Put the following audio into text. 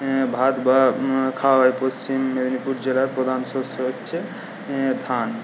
হ্যাঁ ভাত বা খাওয়া হয় পশ্চিম মেদিনীপুর জেলার প্রধান শস্য হচ্ছে ধান